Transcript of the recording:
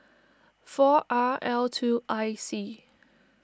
four R L two I C